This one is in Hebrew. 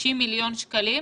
60 מיליון שקלים?